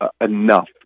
enough